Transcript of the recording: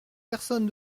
personne